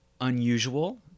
unusual